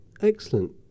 Excellent